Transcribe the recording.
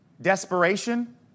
desperation